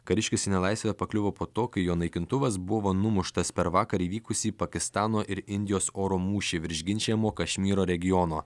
kariškis į nelaisvę pakliuvo po to kai jo naikintuvas buvo numuštas per vakar įvykusį pakistano ir indijos oro mūšį virš ginčijamo kašmyro regiono